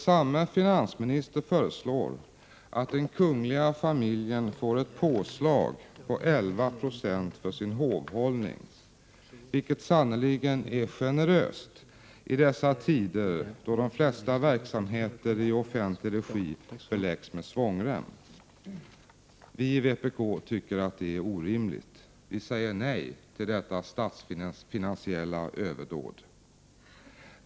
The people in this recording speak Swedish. Samme finansminister förslår nämligen att den kungliga familjen får ett påslag på 11 20 för sin hovhållning, vilket sannerligen är generöst, i dessa tider då de flesta verksamheter i offentlig regi beläggs med svångrem. Vi i vpk tycker att det är orimligt. Vi säger nej till detta statsfinansiella överdåd.